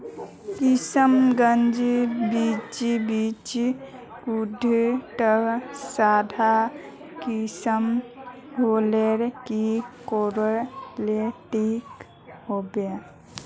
किसम गाज बीज बीज कुंडा त सादा किसम होले की कोर ले ठीक होबा?